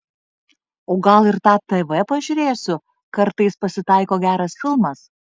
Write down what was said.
o gal ir tą tv pažiūrėsiu kartais pasitaiko geras filmas